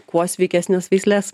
kuo sveikesnes veisles